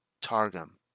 Targum